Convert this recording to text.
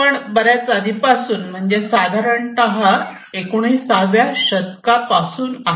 पण बऱ्याच आधीपासून म्हणजेच साधारणता एकोणवीससाव्या शतकात पासून आहे